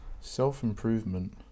self-improvement